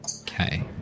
Okay